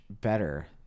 better